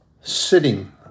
Sitting